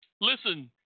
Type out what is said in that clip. Listen